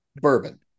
bourbon